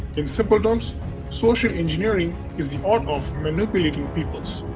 in simple terms social engineering is the art of manipulating people's